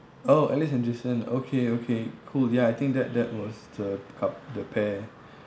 oh alice and jason okay okay cool ya I think that that was the coup~ the pair